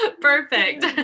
perfect